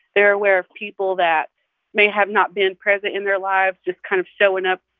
they're aware of people that may have not been present in their lives just kind of showing up,